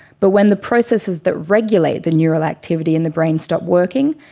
but when the processes that regulate the neural activity in the brain stop working,